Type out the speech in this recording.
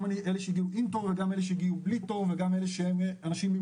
גם אלה שהגיעו עם תור וגם אלה שהגיעו בלי תור וגם אלה שהם אנשים עם